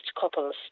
couples